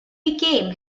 became